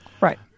Right